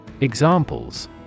Examples